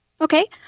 Okay